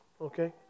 Okay